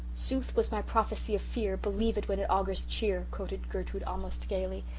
sooth was my prophecy of fear believe it when it augurs cheer, quoted gertrude, almost gaily.